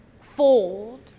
fold